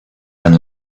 and